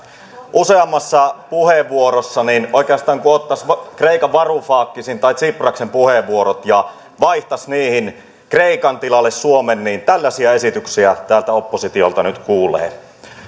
useammassa puheenvuorossa on oikeastaan kuin ottaisi kreikan varoufakisin tai tsiprasin puheenvuorot ja vaihtaisi niihin kreikan tilalle suomen tällaisia esityksiä täältä oppositiolta nyt kuulee